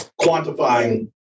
quantifying